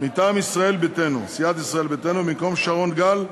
מטעם סיעת ישראל ביתנו, במקום שרון גל,